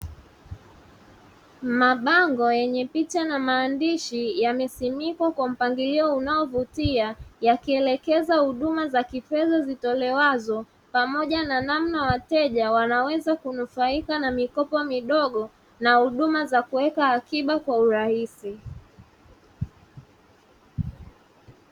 Mabango yenye picha na maandishi yamesimikwa kwa mpangilio unaovutia, yakielekeza huduma za kifedha zitolewazo pamoja na namna wateja wanaweza kunufaika na mikopo midogo na huduma za kuweka akiba kwa urahisi.